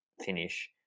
finish